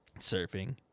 surfing